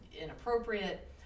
inappropriate